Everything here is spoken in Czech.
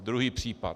Druhý případ.